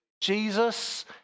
Jesus